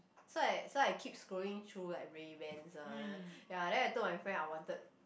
so I so I keep scrolling through like Ray Ban ah ya then I told my friend I wanted